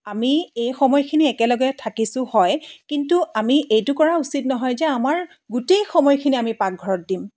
আমি এই সময়খিনি একেলগে থাকিছোঁ হয় কিন্তু আমি এইটো কৰা উচিত নহয় যে আমাৰ গোটেই সময়খিনি পাকঘৰত দিম